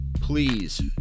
Please